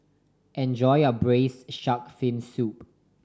enjoy your Braised Shark Fin Soup